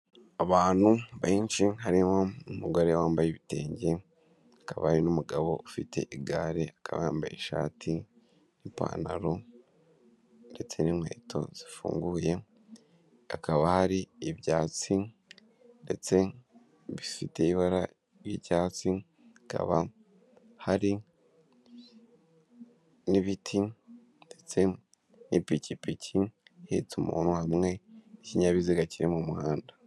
Abantu benshi harimo umugore wambaye ibitenge, hakaba hari n'umugabo ufite igare akaba yambaye ishati n'ipantaro ndetse n'inkweto zifunguye, hakaba hari ibyatsi ndetse bifite ibara ry'icyatsi, hakaba hari n'ibiti ndetse n'ipikipiki ihetse umuntu hamwe n'ikinyabiziga kiri mu muhanda.